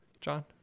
john